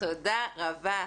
תודה רבה.